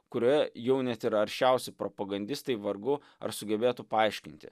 kurioje jau net ir aršiausi propagandistai vargu ar sugebėtų paaiškinti